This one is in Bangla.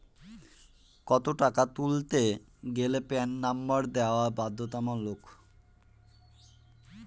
কত টাকা তুলতে গেলে প্যান নম্বর দেওয়া বাধ্যতামূলক?